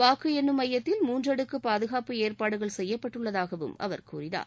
வாக்கு எண்ணும் மையத்தில் மூன்றடுக்கு பாதுகாப்பு ஏற்பாடுகள் செய்யப்பட்டுள்ளதாகவும் அவர் கூறினார்